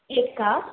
एकं